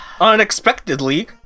unexpectedly